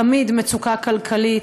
תמיד מצוקה כלכלית,